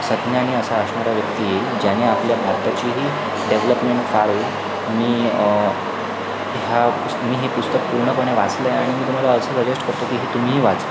सज्ञानी असा असणारा व्यक्ती येईल ज्याने आपल्या भारताचीही डेव्हलपमेंट चालेल मी ह्या पुस् मी हे पुस्तक पूर्णपणे वाचलं आहे आणि मी तुम्हाला असं सजेस्ट करतो की ही तुम्हीही वाचा